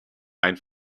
ein